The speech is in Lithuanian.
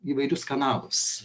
įvairius kanalus